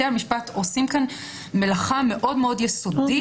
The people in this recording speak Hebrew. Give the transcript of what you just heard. בתי המשפט עושים פה מלאכה מאוד יסודית.